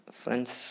friends